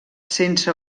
sense